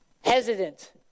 Hesitant